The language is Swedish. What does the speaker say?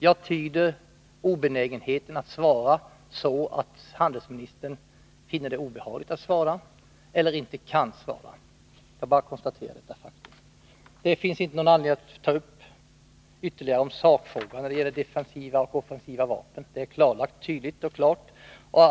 Jag tyder obenägenheten att svara så att handelsministern finner det obehagligt att svara eller inte kan svara. Jag bara konstaterar detta faktum. Det finns ingen anledning att ytterligare ta upp sakfrågan när det gäller de defensiva och offensiva vapnen. Det är klarlagt.